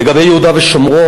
5. לגבי יהודה ושומרון,